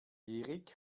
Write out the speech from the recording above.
erik